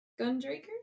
Gundraker